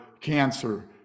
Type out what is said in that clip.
cancer